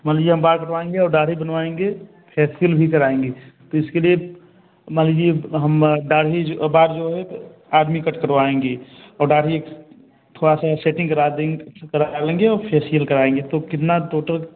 मान लीजिए हम बाल कटवाएँगे और दाड़ी बनवाएँगे फेसिल भी कराएँगे तो इसके लिए मान लीजिए दाड़ी बाल जो है आदमी कट कटवाएँगे और दाड़ी थोड़ा सा सेटिंग करा देंगे और फेसियल कराएँगे तो कितना टोटल